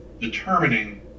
determining